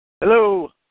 Hello